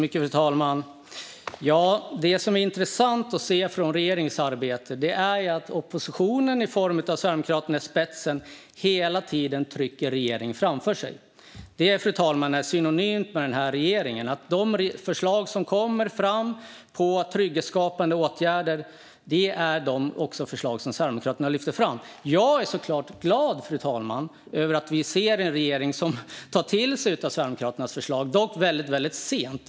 Fru talman! Det som är intressant att se när det gäller regeringens arbete är att oppositionen med Sverigedemokraterna i spetsen hela tiden trycker regeringen framför sig. Det är, fru talman, kännetecknande för den här regeringen att de förslag till trygghetsskapande åtgärder som kommer fram är de förslag som Sverigedemokraterna lyft fram. Jag är såklart glad, fru talman, över att regeringen tar till sig Sverigedemokraternas förslag, om än väldigt sent.